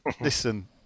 listen